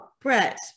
Brett